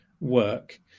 work